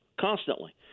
constantly